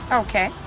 okay